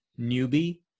newbie